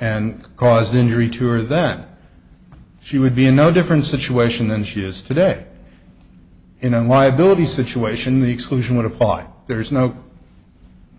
and caused injury to her that she would be no different situation than she is today in a liability situation the exclusion would apply there's no